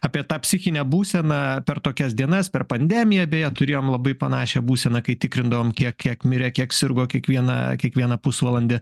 apie tą psichinę būseną per tokias dienas per pandemiją beje turėjom labai panašią būseną kai tikrindavom kiek kiek mirė kiek sirgo kiekvieną kiekvieną pusvalandį